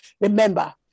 remember